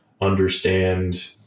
understand